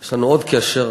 ויש לנו עוד קשר,